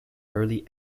early